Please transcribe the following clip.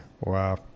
Wow